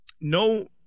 No –